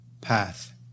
path